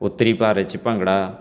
ਉੱਤਰੀ ਭਾਰਤ 'ਚ ਭੰਗੜਾ